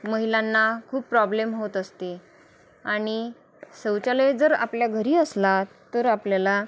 महिलांना खूप प्रॉब्लेम होत असते आणि शौचालय जर आपल्या घरी असला तर आपल्याला